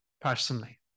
personally